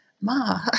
ma